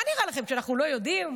מה נראה לכם, שאנחנו לא יודעים?